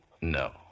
No